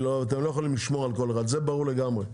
אתם לא יכולים לשמור על כל אחד, זה ברור לגמרי.